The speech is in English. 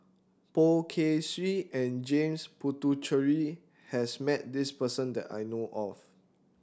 Poh Kay Swee and James Puthucheary has met this person that I know of